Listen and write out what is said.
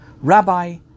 Rabbi